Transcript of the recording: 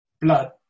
blood